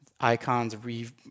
icons